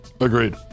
Agreed